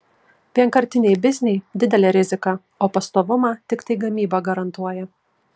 vienkartiniai bizniai didelė rizika o pastovumą tiktai gamyba garantuoja